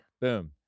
Boom